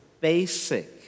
basic